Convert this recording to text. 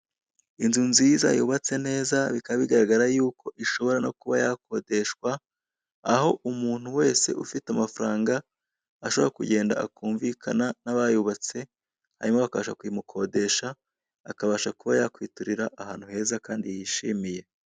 Inzu nziza yubatse neza bikaba bigaragara yuko ishobora no kuba yakodeshwa, aho umuntu wese ufite mafaranga ashobora kugenda akumvikana n'abayubatse hanyuma bakajya kuyimukodesha, akabasha kuba yakwiturira ahantu heza kandi yishimiye.